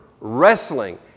wrestling